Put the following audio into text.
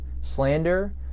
slander